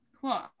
Cool